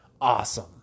awesome